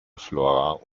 flora